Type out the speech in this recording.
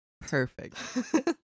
Perfect